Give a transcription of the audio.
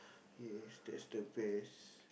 yes that's the best